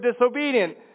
disobedient